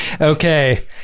okay